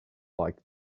like